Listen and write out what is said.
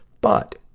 but,